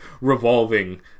revolving